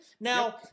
Now